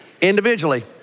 individually